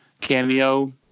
cameo